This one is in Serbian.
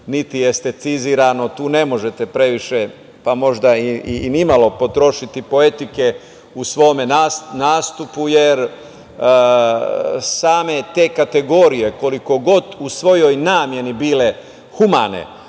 niti estecizirano, tu ne možete previše, pa možda i ni malo potrošiti poetike u svome nastupu, jer same te kategorije koliko god u svojoj nameni bile humane,